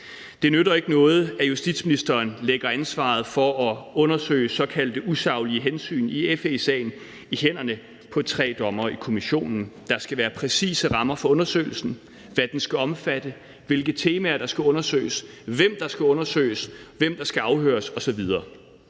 Det nytter ikke noget, at justitsministeren lægger ansvaret for at undersøge såkaldte usaglige hensyn i FE-sagen i hænderne på tre dommere i kommissionen. Der skal være præcise rammer for undersøgelsen, for, hvad den skal omfatte, hvilke temaer der skal undersøges, hvem der skal undersøges, hvem der skal afhøres osv.